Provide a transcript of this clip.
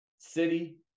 City